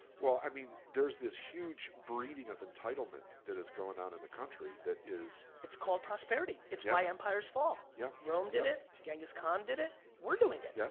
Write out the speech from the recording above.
i mean there's this huge breeding of entitlement that is going on in the country that is it's called prosperity. it's why empires fall, yeah rome did it, genghis kahn did it, we're doing it. yeah